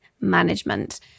management